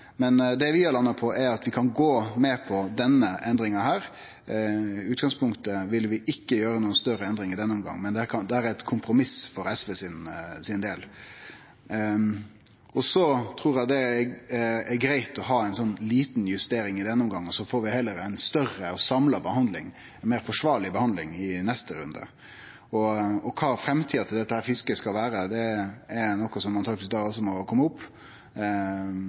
at vi kan gå med på denne endringa. I utgangspunktet ville vi ikkje gjere noka større endring i denne omgangen, det er eit kompromiss for SVs del. Eg trur det er greitt å ha ei lita justering i denne omgangen, så får vi heller ha ei større og samla behandling, ei meir forsvarleg behandling, i neste runde. Kva framtida til dette fisket skal vere, er noko som da truleg må kome opp.